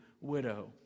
widow